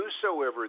Whosoever